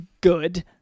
good